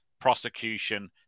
prosecution